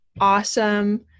awesome